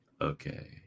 Okay